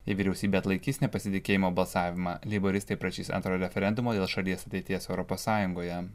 jei vyriausybė atlaikys nepasitikėjimo balsavimą leiboristai prašys antro referendumo dėl šalies ateities europos sąjungoje